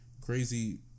crazy